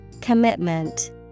Commitment